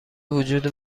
وجود